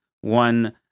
one